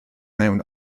mewn